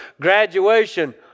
graduation